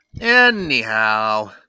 anyhow